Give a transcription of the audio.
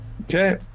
Okay